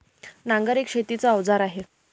नांगर एक शेतीच अवजार आहे